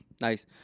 Nice